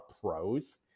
pros